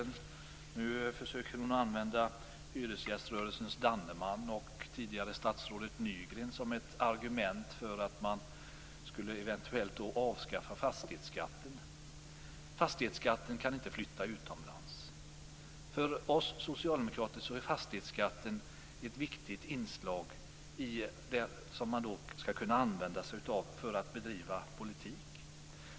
Nu försöker hon använda hyresgästsrörelsens Danneman och tidigare statsrådet Nygren som argument för att man eventuellt skulle avskaffa fastighetsskatten. Fastighetsskatten kan inte flytta utomlands. För oss socialdemokrater är den ett viktigt inslag som man skall kunna använda sig av för att bedriva politik.